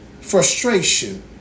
frustration